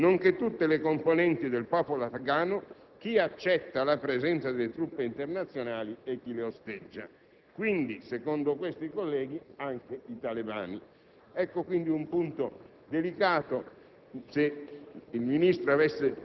La coalizione internazionale sembrerebbe aver rinunciato a praticare una netta discontinuità rispetto al passato. Per queste ragioni torniamo oggi a chiedere al Governo italiano di impegnarsi per un'effettiva inversione di rotta".